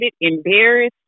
embarrassed